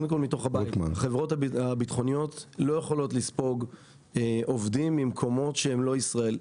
החברות הביטחוניות לא יכולות לספוג עובדים ממקומות שהם לא ישראלים.